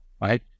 right